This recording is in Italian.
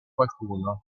qualcuno